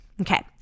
Okay